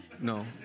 no